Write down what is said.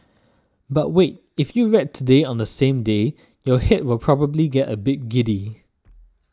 but wait if you read Today on the same day your head will probably get a bit giddy